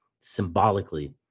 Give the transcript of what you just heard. symbolically